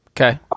Okay